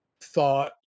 thought